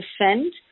defend